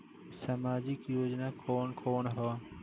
सामाजिक योजना कवन कवन ह?